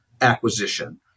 acquisition